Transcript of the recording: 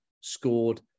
scored